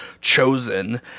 chosen